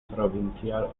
provincial